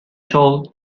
chole